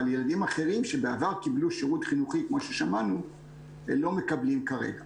אבל ילדים אחרים שבעבר קיבלו שירות חינוכי כמו ששמענו לא מקבלים כרגע.